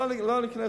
לא ניכנס.